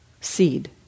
seed